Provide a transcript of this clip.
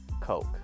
coke